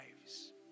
lives